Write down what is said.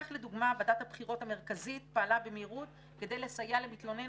כך לדוגמה ועדת הבחירות המרכזית פעלה במהירות כדי לסייע למתלונן